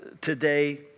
today